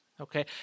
Okay